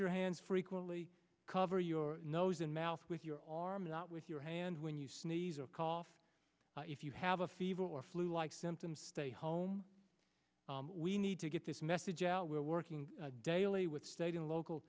your hands frequently cover your nose and mouth with your arms out with your hand when you sneeze or cough if you have a fever or flu like symptoms stay home we need to get this message out we're working daily with state and local